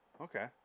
Okay